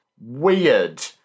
weird